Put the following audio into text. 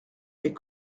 mes